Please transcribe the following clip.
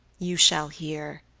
you shall hear,